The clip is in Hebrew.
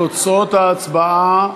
תוצאות ההצבעה: